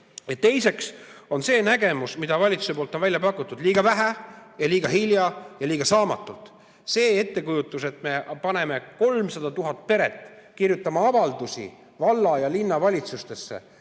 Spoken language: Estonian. Teiseks on see nägemus, mis valitsus on välja pakkunud, liiga vähe, liiga hilja ja liiga saamatult. See ettekujutus, et me paneme 300 000 peret kirjutama avaldusi valla- ja linnavalitsustesse